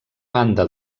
banda